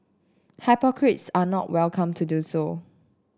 hypocrites are not welcome to do so